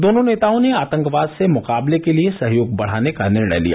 दोनों नेताओं ने आतंकवाद से मुकाबले के लिए सहयोग बढ़ाने का निर्णय लिया